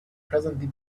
presently